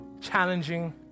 challenging